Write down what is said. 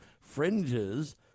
fringes